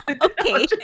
Okay